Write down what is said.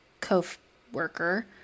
co-worker